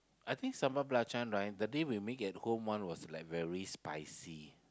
I think sambal belacan right that day we made at home one was like very spicy